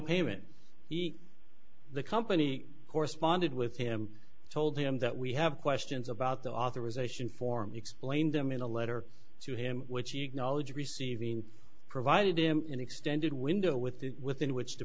payment he the company corresponded with him told him that we have questions about the authorization form explained them in a letter to him which he acknowledged receiving provided him an extended window with the within which to